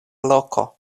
loko